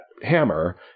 hammer